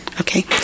Okay